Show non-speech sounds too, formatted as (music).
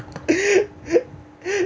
(laughs)